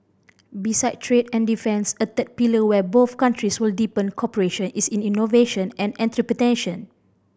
beside trade and defence a third pillar where both countries will deepen cooperation is in innovation and enter predation